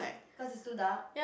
cause it's too dark